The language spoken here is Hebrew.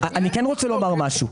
אני כן רוצה לומר משהו.